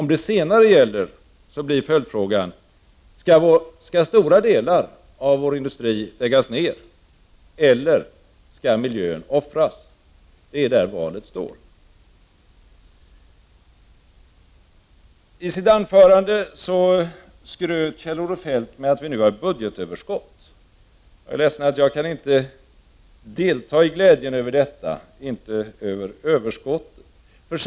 Om det senare gäller, blir följdfrågan: Skall stora delar av vår industri läggas ned, eller skall miljön offras? Det är mellan dessa alternativ som valet står. I sitt anförande skröt Kjell-Olof Feldt med att vi nu har ett budgetöverskott. Jag är ledsen att jag inte kan dela denna glädje över överskottet.